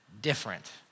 different